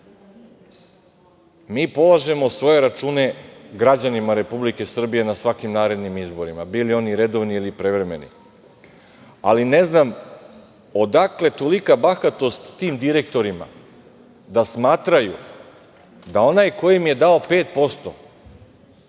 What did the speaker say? Mi polažemo svoje račune građanima Republike Srbije na svakim narednim izborima, bili oni redovni ili prevremeni, ali ne znam odakle tolika bahatost tim direktorima da smatraju da onaj ko im je dao 5%